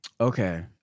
Okay